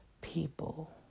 people